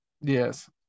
yes